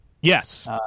Yes